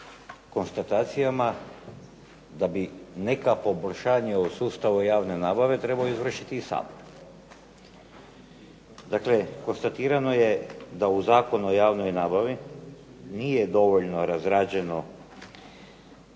da bi neka poboljšanja u sustavu javne nabave trebao izvršiti i Sabor. Dakle konstatirano je da u Zakonu o javnoj nabavi nije dovoljno razrađeno